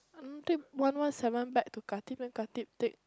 take one one seven back to Khatib then Khatib take